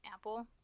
Apple